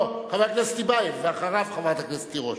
לא, חבר הכנסת טיבייב,